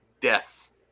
deaths